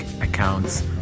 accounts